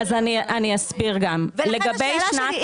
ולכן השאלה שלי,